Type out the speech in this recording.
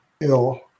ill